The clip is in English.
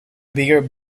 bigger